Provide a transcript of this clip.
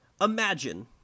imagine